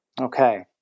Okay